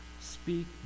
Speak